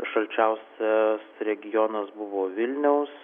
šalčiausias regionas buvo vilniaus